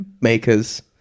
makers